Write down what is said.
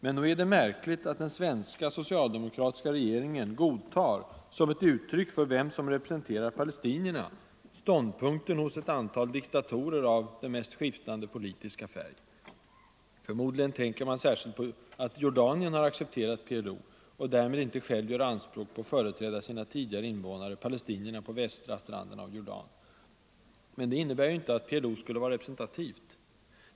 Men nog är det märkligt att den svenska socialdemokratiska regeringen godtar som ett uttryck för vem som representerar palestinierna ståndpunkten hos ett antal diktatorer av den mest skiftande politiska färg. Förmodligen tänker man särskilt på att Jordanien har accepterat PLO och därmed inte självt gör anspråk på att företräda sina tidigare invånare, palestinierna på västra stranden av Jordan. Men det innebär ju inte att PLO skulle vara representativt för denna grupp.